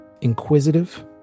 inquisitive